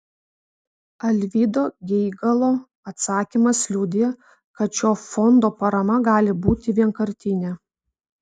alvydo geigalo atsakymas liudija kad šio fondo parama gali būti vienkartinė